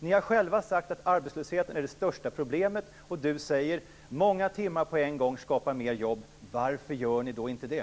Ni har själva sagt att arbetslösheten är det största problemet, och arbetsmarknadsministern säger att en minskning av arbetstiden med många timmar på en gång skapar fler jobb. Varför gör ni då inte det?